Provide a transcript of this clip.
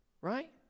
Right